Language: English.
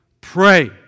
pray